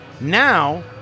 Now